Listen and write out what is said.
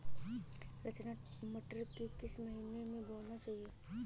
रचना मटर किस महीना में बोना चाहिए?